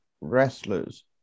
wrestlers